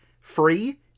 free